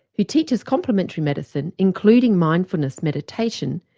who teaches complementary medicine including mindfulness meditation,